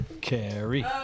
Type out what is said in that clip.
Carrie